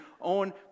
own